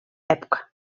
època